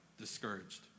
discouraged